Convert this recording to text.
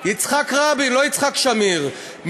יצחק רבין לא יצחק שמיר.